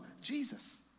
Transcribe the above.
Jesus